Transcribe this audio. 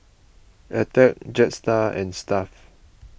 Attack Jetstar and Stuff'd